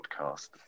podcast